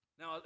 Now